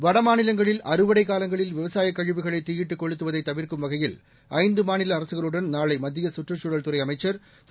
வடமாநிலங்களில் அறுவடை காலங்களில் விவசாயக் கழிவுகளை தீயிட்டு கொளுத்துவதை தவிர்க்கும் வகையில் ஐந்து மாநில அரசுகளுடன் நாளை மத்திய கற்றுக்குழல் துறை அமைச்சர் திரு